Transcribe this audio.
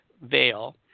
veil